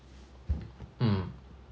mm